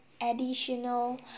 additional